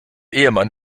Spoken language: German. ehemann